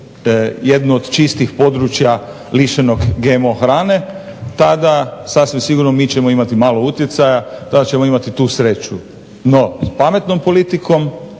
jedno od čistih područja lišenog GMO hrane tada sasvim sigurno mi ćemo imati malo utjecaja. Tada ćemo imati tu sreću. No s pametnom politikom